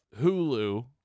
Hulu